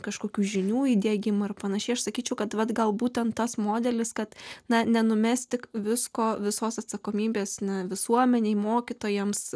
kažkokių žinių įdiegimo ir pan aš sakyčiau kad gal būtent tas modelis kad na nenumesti visko visos atsakomybės visuomenei mokytojams